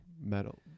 metal